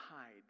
hide